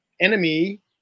enemy